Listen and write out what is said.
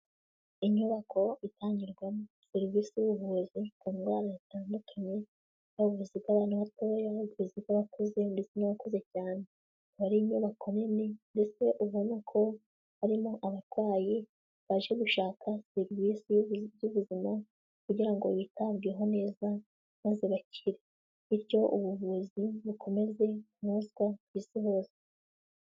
Inyubako itangirwamo serivisi z'ubuvuzi ku ndwara zitandukanye, haba ubuvuzi ko abana batoya, haba ubuvuzi bw'abakuze ndetse n'abakuze cyane. Hari inyubako nini, mbese ubona ko harimo abarwayi, baje gushaka serivisi y'ubuzima, kugira ngo bitabweho neza maze bakire. Bityo ubuvuzi bukomeze kunozwa ku isi hose.